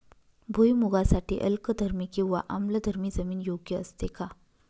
भुईमूगासाठी अल्कधर्मी किंवा आम्लधर्मी जमीन योग्य असते का?